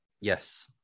Yes